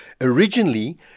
originally